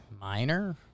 Minor